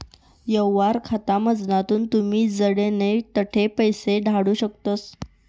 यवहार खातामझारथून तुमी जडे नै तठे पैसा धाडू शकतस